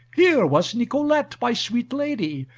here was nicolete, my sweet lady,